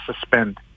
suspend